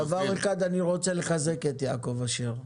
בדבר אחד אני רוצה לחזק את יעקב אשר: